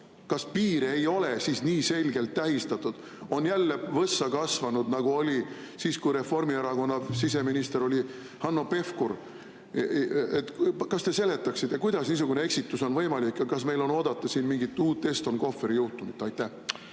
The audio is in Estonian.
Kas piir ei ole nii selgelt tähistatud, on jälle võssa kasvanud, nagu oli siis, kui Reformierakonna siseminister oli Hanno Pevkur? Kas te seletaksite, kuidas niisugune eksitus on võimalik? Ja kas meil on oodata siin mingit uut Eston Kohveri juhtumit? Aitäh!